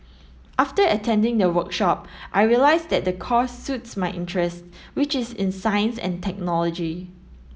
after attending the workshop I realised that the course suits my interest which is in science and technology